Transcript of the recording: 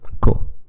Cool